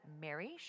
Mary